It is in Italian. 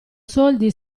soldi